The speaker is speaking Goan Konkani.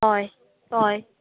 हय हय